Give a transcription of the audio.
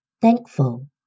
thankful